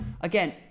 again